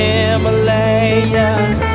Himalayas